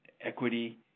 equity